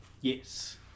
Yes